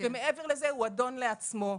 ומעבר לזה הוא אדון לעצמו.